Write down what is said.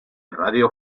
radio